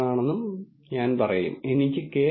ഈ 4 സൂക്ഷ്മാണുക്കൾ ഉണ്ടെങ്കിൽ നിങ്ങൾ എന്തുചെയ്യും